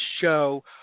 show